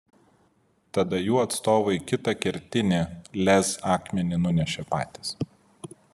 tada jų atstovai kitą kertinį lez akmenį nunešė patys